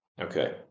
okay